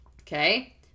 okay